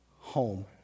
Home